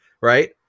Right